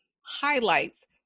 highlights